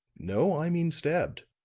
no, i mean stabbed.